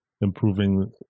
improving